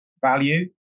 value